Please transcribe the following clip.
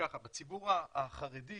בציבור החרדי